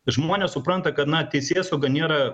žmonės supranta kad na teisėsauga nėra